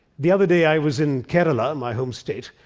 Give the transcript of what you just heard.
the other day i was in kerala, my home state,